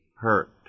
hurt